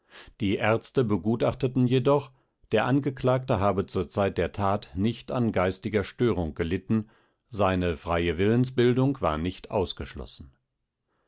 die ärzte begutachteten jedoch der angeklagte habe zur zeit der tat nicht an geistiger störung gelitten seine freie willensbestimmung war nicht ausgeschlossen